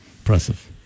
Impressive